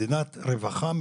מדינת רווחה,